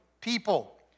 people